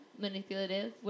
manipulative